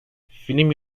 film